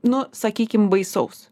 nu sakykim baisaus